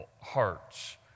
hearts